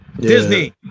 Disney